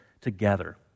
together